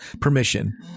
permission